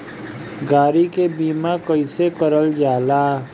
गाड़ी के बीमा कईसे करल जाला?